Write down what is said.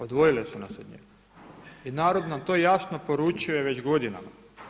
Odvojile su nas od njega i narod nam to jasno poručuje već godinama.